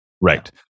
Right